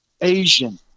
Asian